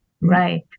Right